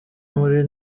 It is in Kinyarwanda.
muri